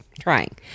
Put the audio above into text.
Trying